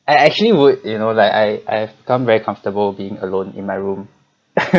I actually would you know like I I've come very comfortable being alone in my room